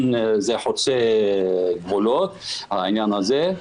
זה חוצה גבולות העניין הזה,